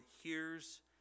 hears